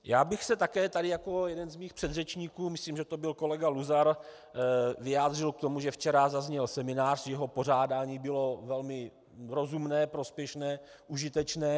Já bych se tu také jako jeden z mých předřečníků, myslím, že to byl kolega Luzar, vyjádřil k tomu, že včera byl seminář, jehož pořádání bylo velmi rozumné, prospěšné, užitečné.